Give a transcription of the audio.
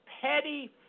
petty